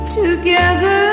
together